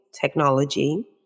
technology